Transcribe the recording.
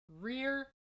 Rear